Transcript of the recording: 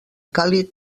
càlid